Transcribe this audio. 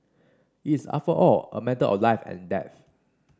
it's after all a matter of life and death